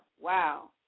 Wow